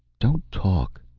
don't talk,